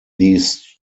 these